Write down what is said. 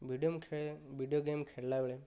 ଭିଡିଓମ ଖେଳେ video game ଖେଳିଲା ବେଳେ